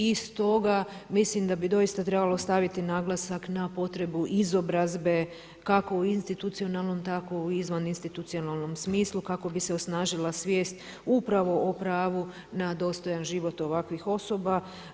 I stoga mislim da bi doista trebalo staviti naglasak na potrebu izobrazbe kako u institucionalnom, tako u izvan institucionalnom smislu kako bi se osnažila svijest upravo o pravu na dostojan život ovakvih osoba.